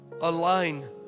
align